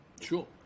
Sure